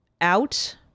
Out